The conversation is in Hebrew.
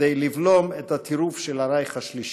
כדי לבלום את הטירוף של הרייך השלישי.